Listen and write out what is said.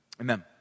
Amen